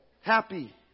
happy